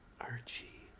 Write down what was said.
Archie